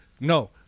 no